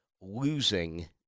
losing